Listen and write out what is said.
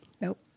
nope